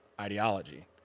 ideology